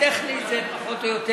טכנית, זה פחות או יותר